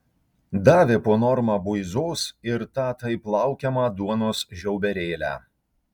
davė po normą buizos ir tą taip laukiamą duonos žiauberėlę